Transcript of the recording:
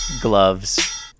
Gloves